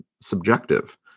subjective